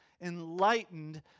enlightened